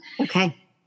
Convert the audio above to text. Okay